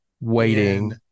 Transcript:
waiting